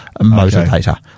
motivator